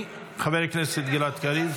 חבר הכנסת גלעד קריב.